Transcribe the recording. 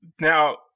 now